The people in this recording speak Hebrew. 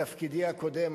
בתפקידי הקודם,